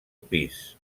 pis